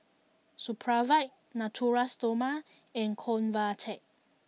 Supravit Natura Stoma and Convatec